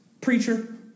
preacher